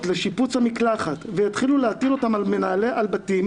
לשיפוץ המקלחת ויתחילו להטיל אותם על בתים,